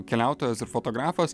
keliautojas ir fotografas